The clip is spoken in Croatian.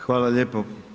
Hvala lijepo.